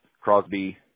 Crosby